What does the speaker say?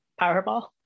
powerball